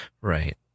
Right